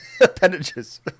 Appendages